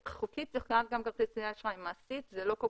חוקית זה חל גם על כרטיסי אשראי אבל מעשית זה לא כל